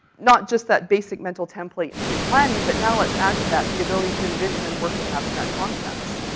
not just that basic mental template and pre-planning, but now let's add to that the ability to envision and work with abstract concepts.